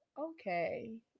okay